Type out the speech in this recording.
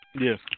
Yes